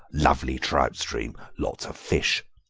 lovely trout stream, lots of fish,